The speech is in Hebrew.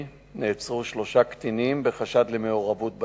נעצרו שלושה קטינים בחשד למעורבות באירוע.